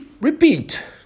Repeat